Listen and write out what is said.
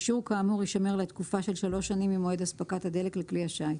אישור כאמור יישמר לתקופה של שלוש שנים ממועד אספקת הדלק לכלי השיט".